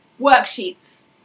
worksheets